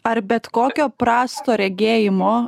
ar bet kokio prasto regėjimo